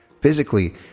physically